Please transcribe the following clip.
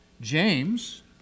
James